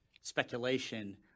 speculation